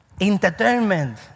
entertainment